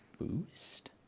boost